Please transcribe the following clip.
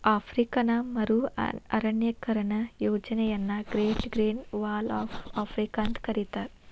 African ಮರು ಅರಣ್ಯೇಕರಣ ಯೋಜನೆಯನ್ನ great green wall of Africa ಅಂತ ಕರೇತಾರ